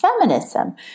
feminism